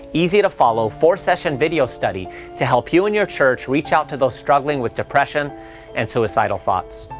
easy-to-follow, four session video study to help you and your church reach out to those struggling with depression and suicidal thoughts.